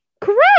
Correct